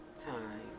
time